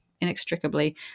inextricably